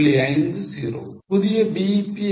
50 புதிய BEP என்ன